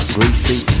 Greasy